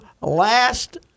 last